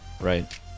Right